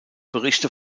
berichte